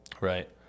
Right